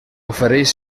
ofereix